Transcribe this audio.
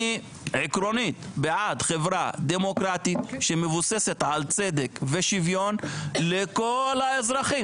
אני עקרונית בעד חברה דמוקרטית שמבוססת על צדק ועל שוויון לכל האזרחים.